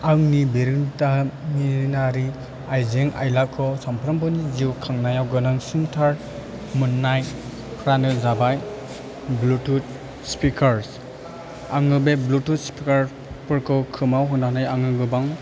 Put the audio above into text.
आंनि बिरोंदामिनारि आइजें आइलाखौ सामफ्रामबोनि जिउ खांनाइयाव गोनांसिनथार मोन्नाय फ्रानो जाबाय ब्लुटुथ स्पिकारस आङो बे ब्लुटुथ स्पिकारफोरखौ खोमायाव होनानै आङो गोबां